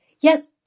yes